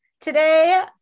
Today